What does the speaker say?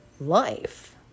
life